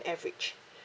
average